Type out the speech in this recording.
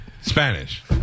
Spanish